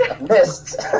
missed